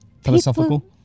philosophical